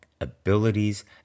abilities